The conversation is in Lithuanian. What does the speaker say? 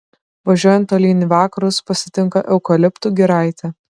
važiuojant tolyn į vakarus pasitinka eukaliptų giraitė